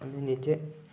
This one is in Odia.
ନିଜେ